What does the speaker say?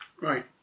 Right